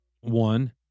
One